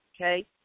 okay